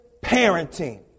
parenting